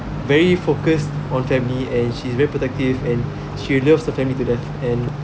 very focused on family and she's very protective and she loves the family to death and